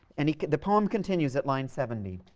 and the poem continues at line seventy